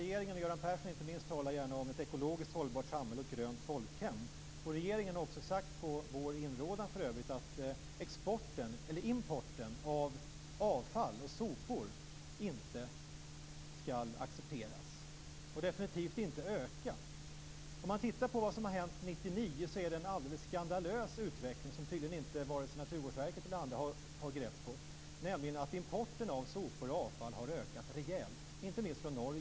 Regeringen, och inte minst Göran Persson, talar gärna om ett ekologiskt hållbart samhälle och ett grönt folkhem. Regeringen har också sagt - på vår inrådan för övrigt - att import av avfall och sopor inte ska accepteras, och definitivt inte öka. Om man tittar på vad som har hänt 1999 ser man att utvecklingen har varit alldeles skandalös, som tydligen inte vare sig Naturvårdsverket eller andra har grepp om. Importen av sopor och avfall har nämligen ökat rejält, inte minst från Norge.